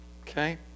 Okay